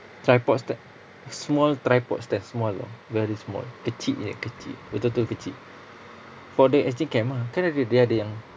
tripod st~ small tripod stand small [tau] very small kecil punya kecil betul-betul kecil for the S_G cam ah kan ada dia ada yang